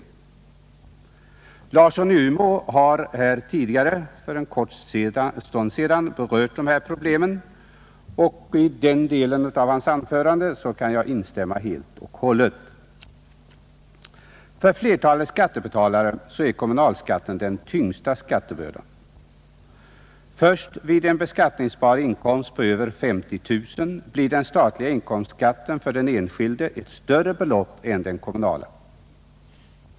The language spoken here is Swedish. Herr Larsson i Umeå har för en kort stund sedan berört dessa problem, och jag kan helt instämma i denna del av hans anförande. För flertalet skattebetalare är kommunalskatten den tyngsta skatte bördan. Först vid en beskattningsbar inkomst på över 50 000 kronor uppgår den statliga inkomstskatten för den enskilde till ett större belopp än den kommunala.